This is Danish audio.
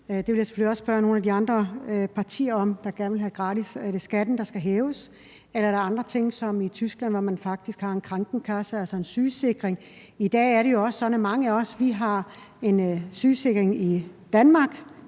det vil jeg selvfølgelig også spørge nogle af de andre partier, der gerne vil have gjort det gratis, om. Er det skatten, der skal hæves? Eller er der andre måder, som f.eks. den i Tyskland, hvor man faktisk har en Krankenkasse, altså en sygesikring? I dag er det også sådan, at mange af os har en sygeforsikring i "danmark"